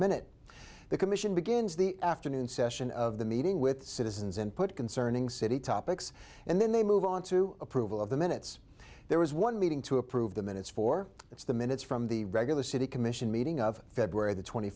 minute the commission begins the afternoon session of the meeting with citizens and put concerning city topics and then they move on to approval of the minutes there was one meeting to approve the minutes for it's the minutes from the regular city commission meeting of february the twenty